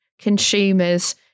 consumers